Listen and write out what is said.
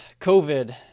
COVID